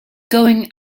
going